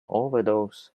overdose